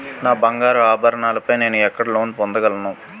నా బంగారు ఆభరణాలపై నేను ఎక్కడ లోన్ పొందగలను?